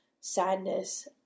sadness